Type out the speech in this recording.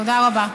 תודה רבה.